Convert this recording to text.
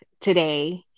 today